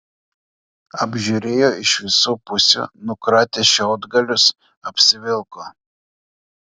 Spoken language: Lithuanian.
apžiūrėjo iš visų pusių nukratė šiaudgalius apsivilko